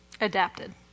Adapted